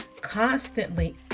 constantly